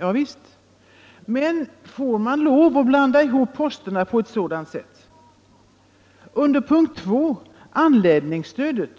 Ja visst, men får man blanda ihop posterna på ett sådant sätt? Anslaget under punkten 2, anläggningsstödet,